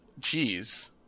jeez